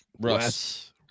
Russ